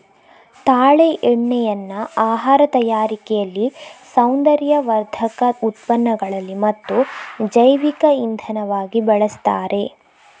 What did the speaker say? ತಾಳೆ ಎಣ್ಣೆಯನ್ನ ಆಹಾರ ತಯಾರಿಕೆಯಲ್ಲಿ, ಸೌಂದರ್ಯವರ್ಧಕ ಉತ್ಪನ್ನಗಳಲ್ಲಿ ಮತ್ತು ಜೈವಿಕ ಇಂಧನವಾಗಿ ಬಳಸ್ತಾರೆ